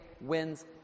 wins